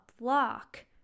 block